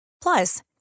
Plus